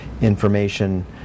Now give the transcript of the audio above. information